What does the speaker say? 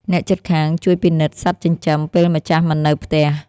អ្នកជិតខាងជួយពិនិត្យសត្វចិញ្ចឹមពេលម្ចាស់មិននៅផ្ទះ។